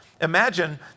Imagine